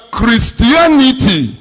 Christianity